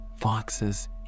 foxes